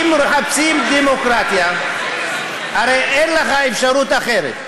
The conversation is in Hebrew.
אם מחפשים דמוקרטיה, הרי אין לך אפשרות אחרת: